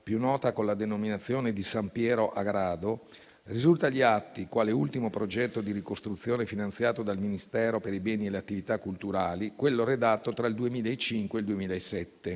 più nota con la denominazione di San Piero a Grado, risulta agli atti, quale ultimo progetto di ricostruzione finanziato dal Ministero per i beni e le attività culturali, quello redatto tra il 2005 e il 2007.